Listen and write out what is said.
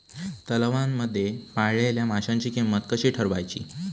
तलावांमध्ये पाळलेल्या माशांची किंमत कशी ठरवायची?